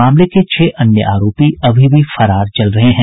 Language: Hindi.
मामले के छह अन्य आरोपी अभी भी फरार चल रहे हैं